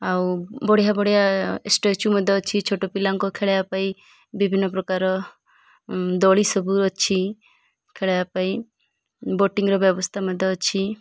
ଆଉ ବଢ଼ିଆ ବଢ଼ିଆ ଷ୍ଟାଚୁ ମଧ୍ୟ ଅଛି ଛୋଟ ପିଲାଙ୍କ ଖେଳଆ ପାଇଁ ବିଭିନ୍ନ ପ୍ରକାର ଦୋଳି ସବୁ ଅଛି ଖେଳବା ପାଇଁ ବୋଟିଂର ବ୍ୟବସ୍ଥା ମଧ୍ୟ ଅଛି